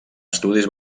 estudis